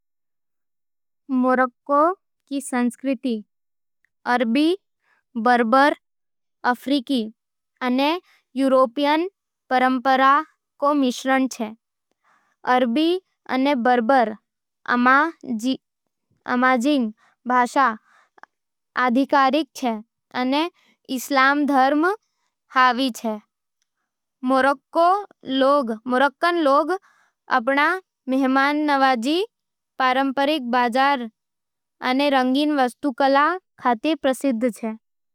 मोरक्को रो संस्कृति अरबी, बर्बर, अफ्रीकी अने यूरोपीय परंपरावां रो मिश्रण छे। अरबी अने बर्बर अमाज़ीग भाषा आधिकारिक होवे, अने इस्लाम धर्म हावी छे। मोरक्कन लोग अपन मेहमाननवाजी, पारंपरिक बाज़ार सूक अने रंगीन वास्तुकला खातर प्रसिद्ध छे।